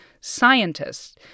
scientists